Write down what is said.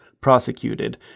prosecuted